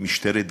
"משטרת גסטפו".